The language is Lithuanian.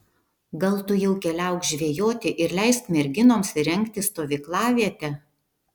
gal tu jau keliauk žvejoti ir leisk merginoms įrengti stovyklavietę